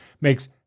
makes